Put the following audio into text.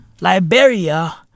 Liberia